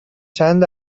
چند